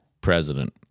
president